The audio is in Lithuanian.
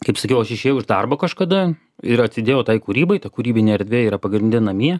kaip sakiau aš išėjau iš darbo kažkada ir atsidėjau tai kūrybai ta kūrybinė erdvė yra pagrinde namie